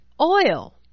oil